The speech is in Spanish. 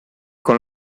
con